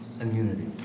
immunity